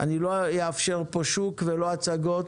אני לא אאפשר פה שוק ולא הצגות